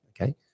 okay